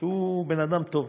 שהוא בן אדם טוב,